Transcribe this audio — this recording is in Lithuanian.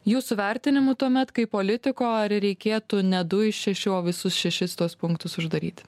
jūsų vertinimu tuomet kaip politiko ar reikėtų ne du iš šešių o visus šešis tuos punktus uždaryti